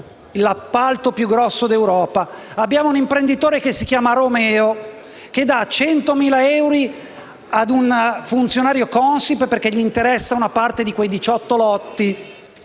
l'appalto più grosso di Europa; un imprenditore che si chiama Romeo dà 100.000 euro a un funzionario Consip perché gli interesso una parte di quei 18 lotti